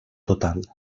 total